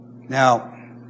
Now